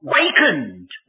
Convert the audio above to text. wakened